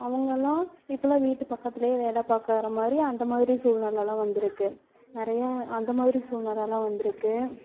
அவங்கள்லாம் இப்போல்லாம் வீட்டு பக்கத்தில் வேலை பார்க்கற மாதிரி அந்த மாதிரி சூழ்நிலைலாம் வந்துருக்கு நிறைய அந்த மாதிரி சூழ்நிலைலாம் வந்துருக்கு